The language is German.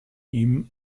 ihm